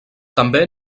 també